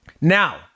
Now